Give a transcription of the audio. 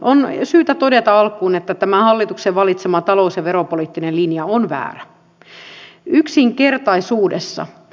on syytä todeta alkuun että tämä hallituksen valitsema talous ja veropoliittinen linja on väärä